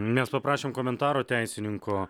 mes paprašėm komentaro teisininko